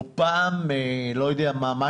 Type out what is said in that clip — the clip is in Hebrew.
או פעם לא יודע מה,